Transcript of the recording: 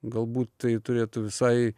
galbūt tai turėtų visai